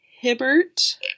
Hibbert